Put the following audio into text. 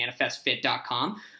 manifestfit.com